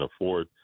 afford